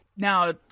Now